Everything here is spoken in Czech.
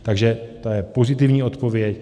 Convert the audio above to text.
Takže to je pozitivní odpověď.